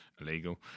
illegal